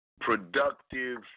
productive